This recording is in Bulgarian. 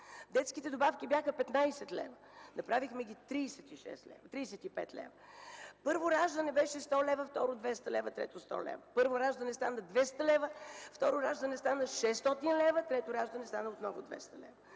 Детските добавки бяха 15 лева. Направихме ги 35 лв. Първо раждане беше 100 лв., второ – 200, трето – 100 лв. Първо раждане стана 200 лв., второ – 600, трето раждане стана отново 200 лв.